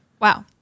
Wow